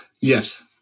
Yes